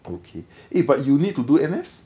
okay eh but you need to do N_S